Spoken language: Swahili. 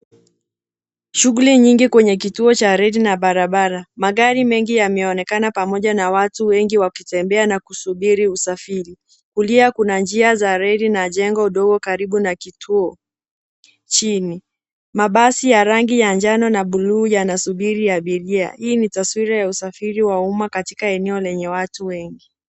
Shughuli nyingi kwenye kituo cha reli na barabara . Magari mengi yameonekana pamoja na watu wengi wakitembea na kusubiri usafiri. Kulia kuna njia za reli na jengo dogo karibu na kituo chini. Mabasi ya rangi ya njano na buluu yanasubiri abiria. Hii ni taswira ya usafiri wa umma katika eneo lenye watu wengi.